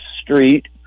Street